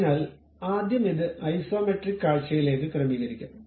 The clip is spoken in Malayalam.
അതിനാൽ ആദ്യം ഇത് ഐസോമെട്രിക് കാഴ്ചയിലേക്ക് ക്രമീകരിക്കാം